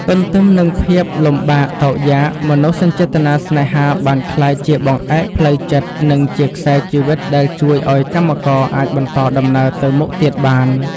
ទន្ទឹមនឹងភាពលំបាកតោកយ៉ាក មនោសញ្ចេតនាស្នេហាបានក្លាយជាបង្អែកផ្លូវចិត្ត និងជាខ្សែជីវិតដែលជួយឱ្យកម្មករអាចបន្តដំណើរទៅមុខទៀតបាន។